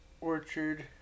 Orchard